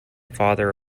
father